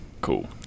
Cool